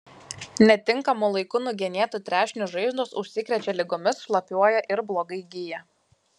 netinkamu laiku nugenėtų trešnių žaizdos užsikrečia ligomis šlapiuoja ir blogai gyja